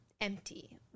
empty